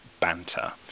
banter